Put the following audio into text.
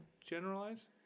generalize